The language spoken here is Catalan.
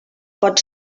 pot